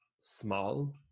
small